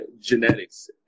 genetics